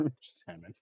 Salmon